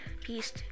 peace